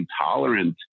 intolerant